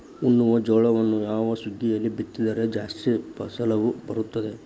ಉಣ್ಣುವ ಜೋಳವನ್ನು ಯಾವ ಸುಗ್ಗಿಯಲ್ಲಿ ಬಿತ್ತಿದರೆ ಜಾಸ್ತಿ ಫಸಲು ಬರುತ್ತದೆ?